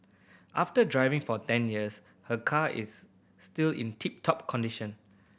after driving for ten years her car is still in tip top condition